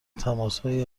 تماسهایی